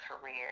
career